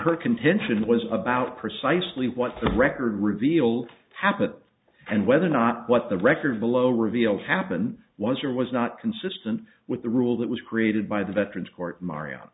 her contention was about precisely what the record reveals habit and whether or not what the record below reveals happened once or was not consistent with the rule that was created by the veterans court mario